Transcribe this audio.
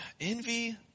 envy